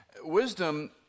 Wisdom